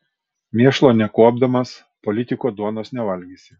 mėšlo nekuopdamas politiko duonos nevalgysi